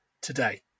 today